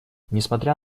несмотря